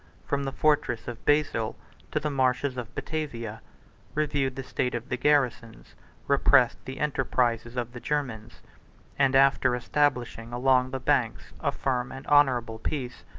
from the fortress of basil to the marshes of batavia reviewed the state of the garrisons repressed the enterprises of the germans and, after establishing along the banks a firm and honorable peace,